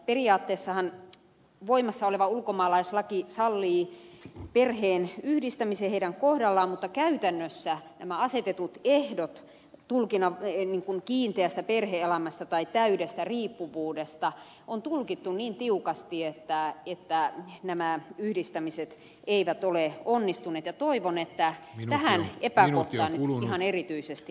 periaatteessahan voimassa oleva ulkomaalaislaki sallii perheen yhdistämisen heidän kohdallaan mutta käytännössä nämä asetetut ehdot kiinteästä perhe elämästä tai täydestä riippuvuudesta on tulkittu niin tiukasti että nämä yhdistämiset eivät ole onnistuneet ja toivon että tähän epäkohtaan nyt ihan erityisesti tartuttaisiin